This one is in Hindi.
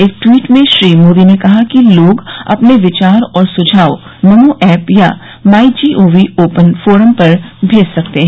एक ट्वीट में श्री मोदी ने कहा कि लोग अपने विचार और सुझाव नमो ऐप या माई जीओवी ओपन फोरम पर भेज सकते हैं